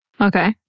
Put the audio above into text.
Okay